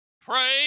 pray